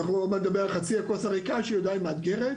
עוד מעט נדבר על חצי הכוס הריקה שעדיין מאתגרת,